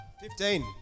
Fifteen